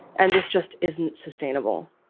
and this just isn't sustainable.